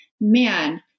man